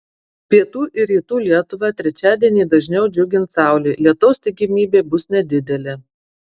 pietų ir rytų lietuvą trečiadienį dažniau džiugins saulė lietaus tikimybė bus nedidelė